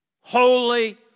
Holy